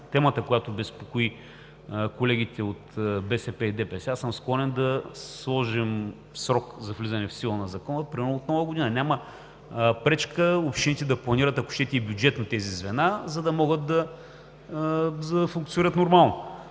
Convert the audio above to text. темата, която безпокои колегите от БСП и ДПС, аз съм склонен да сложим срок за влизане в сила на закона, примерно от нова година. Няма пречка общините да планират, ако щете и бюджет на тези звена, за да могат да функционират нормално.